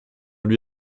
lui